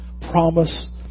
promise